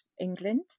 England